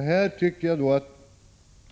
Här tycker jag